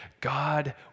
God